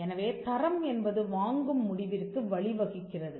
எனவே தரம் என்பது வாங்கும் முடிவிற்கு வழிவகுக்கிறது